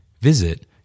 Visit